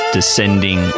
Descending